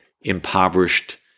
impoverished